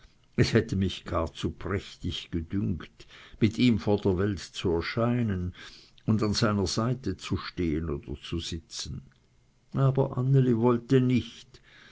es hätte mich gar zu prächtig gedünkt mit ihm vor der welt zu erscheinen und an seiner seite zu stehen oder zu sitzen aber anneli wollte nicht